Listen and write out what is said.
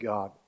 God